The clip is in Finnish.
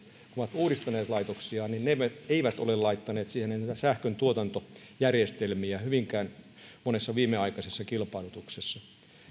ovat uudistaneet laitoksiaan ne eivät eivät ole laittaneet sinne niitä sähköntuotantojärjestelmiä hyvinkään monessa viimeaikaisessa kilpailutuksessa